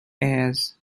heirs